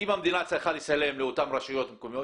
אם המדינה צריכה לשלם לאותן רשויות מקומיות,